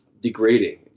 degrading